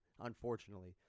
unfortunately